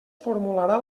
formularà